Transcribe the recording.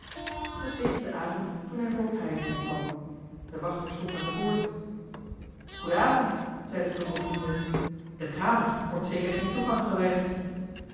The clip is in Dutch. t was tegen den avond toen hij voor crayenstein kwam de wachter stond aan de poort goeden avond zeide fulco vriendelijk den kramer wordt zeker geen toegang geweigerd